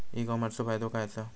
E कॉमर्सचो फायदो काय असा?